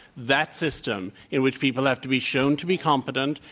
that system in which people have to be shown to be competent,